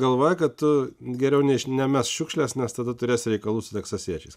galvoj kad tu geriau nemesk šiukšlės nes tada turės reikalų su teksasiečiais